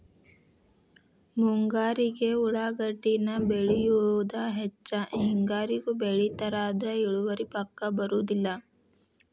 ಮುಂಗಾರಿಗೆ ಉಳಾಗಡ್ಡಿನ ಬೆಳಿಯುದ ಹೆಚ್ಚ ಹೆಂಗಾರಿಗೂ ಬೆಳಿತಾರ ಆದ್ರ ಇಳುವರಿ ಪಕ್ಕಾ ಬರುದಿಲ್ಲ